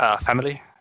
family